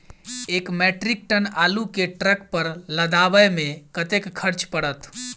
एक metric ton आलु केँ ट्रक पर लदाबै मे कतेक खर्च पड़त?